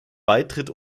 beitritt